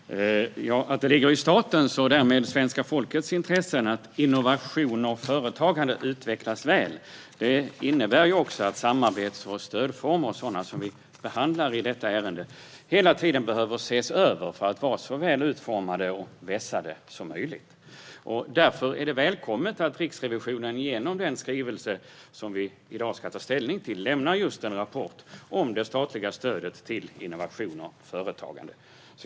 Herr talman! Det ligger i statens och därmed svenska folkets intresse att innovation och företagande utvecklas väl. Det innebär att samarbets och stödformer, sådana som vi behandlar i detta ärende, hela tiden behöver ses över för att de ska vara så väl utformade och vässade som möjligt. Därför är det välkommet att Riksrevisionen genom den skrivelse som vi i dag ska ta ställning till lämnar en rapport om det statliga stödet till innovation och företagande.